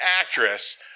actress